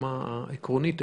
ברמה העקרונית,